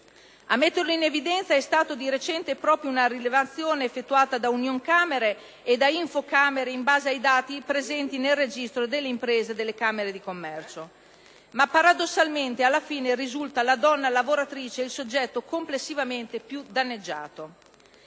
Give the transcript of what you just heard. A metterlo in evidenza è stata di recente proprio una rilevazione effettuata da Unioncamere e da Infocamere, in base ai dati presenti nel registro delle imprese delle Camere di commercio; paradossalmente, però, alla fine risulta la donna lavoratrice il soggetto complessivamente più danneggiato.